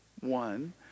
one